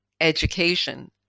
education